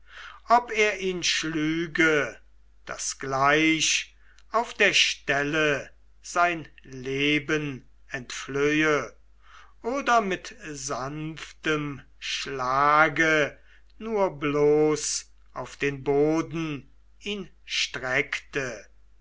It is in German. ob er ihn schlüge daß gleich auf der stelle sein leben entflöhe oder mit sanftem schlage nur bloß auf den boden ihn streckte